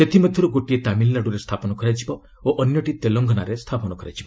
ସେଥିମଧ୍ୟରୁ ଗୋଟିଏ ତାମିଲନାଡୁରେ ସ୍ଥାପନ କରାଯିବ ଓ ଅନ୍ୟଟି ତେଲେଙ୍ଗାନାରେ ସ୍ଥାପନ କରାଯିବ